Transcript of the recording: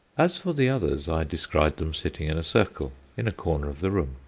as for the others, i descried them sitting in a circle in a corner of the room,